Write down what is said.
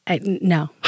No